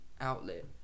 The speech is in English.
outlet